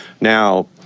now